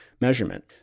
measurement